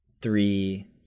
three